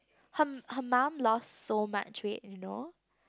her m~ her mum lost so much weight you know